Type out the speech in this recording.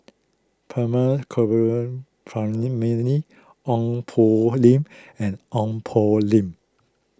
Ong Poh Lim and Ong Poh Lim